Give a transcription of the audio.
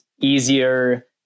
easier